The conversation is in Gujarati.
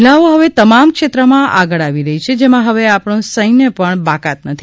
મહિલાઓ હવે તમામ ક્ષેત્રમાં આગળ આવી રહી છે જેમાં હવે આપણુ સૈન્ય પણ બાકાત નથી